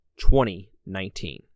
2019